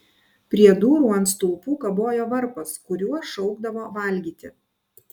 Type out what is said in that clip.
prie durų ant stulpų kabojo varpas kuriuo šaukdavo valgyti